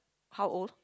how old